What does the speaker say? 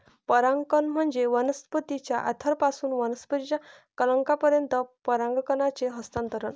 परागकण म्हणजे वनस्पतीच्या अँथरपासून वनस्पतीच्या कलंकापर्यंत परागकणांचे हस्तांतरण